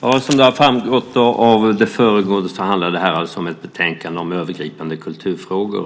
Fru talman! Som framgått av det föregående handlar det här alltså om ett betänkande om övergripande kulturfrågor.